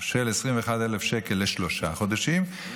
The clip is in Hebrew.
של 21,000 שקל לשלושה חודשים.